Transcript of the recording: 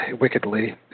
wickedly